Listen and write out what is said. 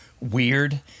weird